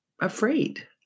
afraid